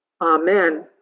Amen